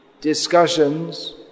discussions